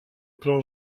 plan